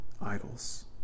idols